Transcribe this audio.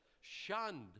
shunned